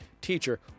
teacher